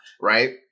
right